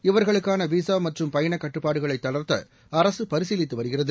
இவர்களுக்கான விசா மற்றும் பயண கட்டுப்பாடுகளை தளர்த்த அரசு பரிசீலித்து வருகிறது